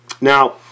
Now